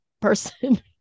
person